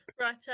right